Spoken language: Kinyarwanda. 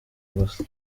gusa